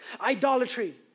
idolatry